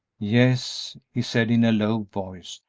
yes, he said, in a low voice,